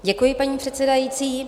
Děkuji, paní předsedající.